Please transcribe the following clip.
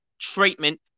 treatment